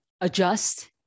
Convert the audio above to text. adjust